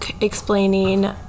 explaining